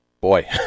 boy